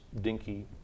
dinky